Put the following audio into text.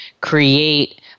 create